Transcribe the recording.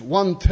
one